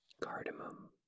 cardamom